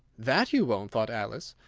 that you won't thought alice,